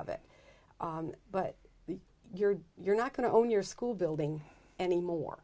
of it but that you're you're not going to own your school building anymore